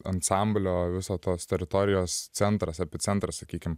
ansamblio viso tos teritorijos centras epicentras sakykim